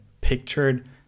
pictured